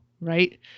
right